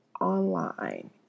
online